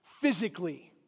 Physically